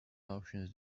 options